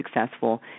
successful